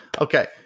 okay